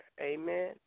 Amen